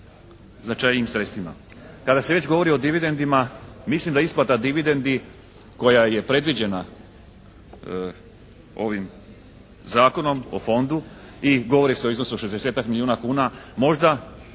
značajnijim sredstvima. Kada se već govori o dividendama mislim da isplata dividendi koja je predviđena ovim Zakonom o fondu i govori se o iznosu od 60-ak milijuna kuna možda